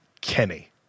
Kenny